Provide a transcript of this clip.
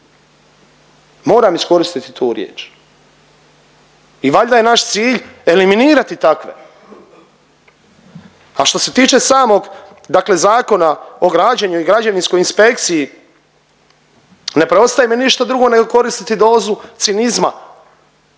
Moram iskoristiti tu riječ. I valjda je naš cilj eliminirati takve. A što se tiče samog dakle Zakona o građenju i građevinskoj inspekciji, ne preostaje mi ništa drugo nego koristiti dozu cinizma,